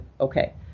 Okay